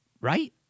Right